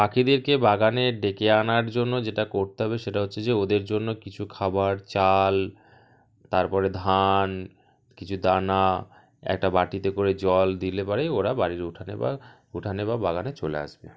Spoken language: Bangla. পাখিদেরকে বাগানে ডেকে আনার জন্য যেটা করতে হবে সেটা হচ্ছে যে ওদের জন্য কিছু খাবার চাল তার পরে ধান কিছু দানা একটা বাটিতে করে জল দিলে পরেই ওরা বাড়ির উঠানে বা উঠানে বা বাগানে চলে আসবে